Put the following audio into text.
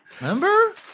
remember